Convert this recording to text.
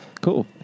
Cool